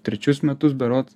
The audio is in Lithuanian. trečius metus berods